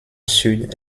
sud